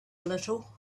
little